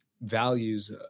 values